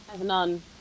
None